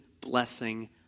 blessing